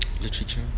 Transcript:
literature